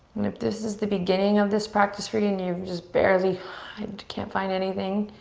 and if this is the beginning of this practice for you and you've just barely can't find anything.